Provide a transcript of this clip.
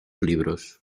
libros